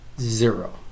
Zero